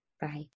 Bye